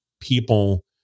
people